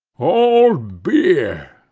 all beer,